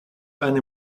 eine